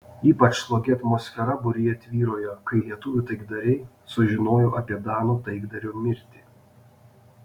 ypač slogi atmosfera būryje tvyrojo kai lietuvių taikdariai sužinojo apie danų taikdario mirtį